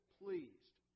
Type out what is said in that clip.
pleased